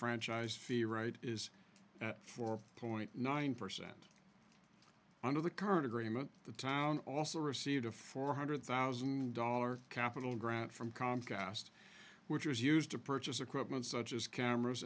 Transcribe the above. franchise fee right is four point nine percent under the current agreement the town also received a four hundred thousand dollars capital grant from comcast which is used to purchase equipment such as cameras